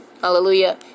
hallelujah